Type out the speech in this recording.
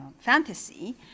fantasy